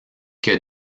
que